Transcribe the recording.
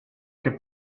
che